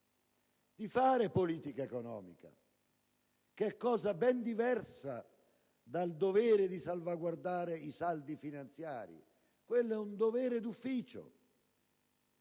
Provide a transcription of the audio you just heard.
di fare politica economica, farà cosa ben diversa dal dovere di salvaguardare i saldi finanziari. Quello è un dovere d'ufficio,